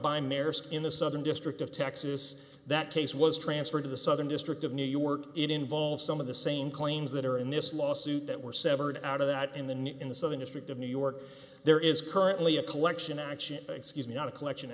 maersk in the southern district of texas that case was transferred to the southern district of new york it involves some of the same claims that are in this lawsuit that were severed out of that in the new in the southern district of new york there is currently a collection action excuse not a collection